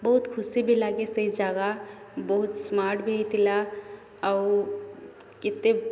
ବହୁତ ଖୁସି ବି ଲାଗେ ସେଇ ଜାଗା ବହୁତ ସ୍ମାର୍ଟ ବି ହେଇଥିଲା ଆଉ କେତେ